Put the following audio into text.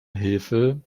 hilfe